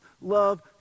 love